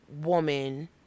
woman